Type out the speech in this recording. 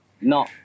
No